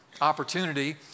opportunity